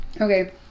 Okay